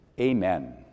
Amen